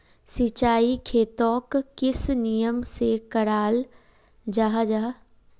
सिंचाई खेतोक किस नियम से कराल जाहा जाहा?